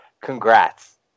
Congrats